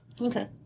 Okay